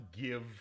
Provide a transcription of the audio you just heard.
give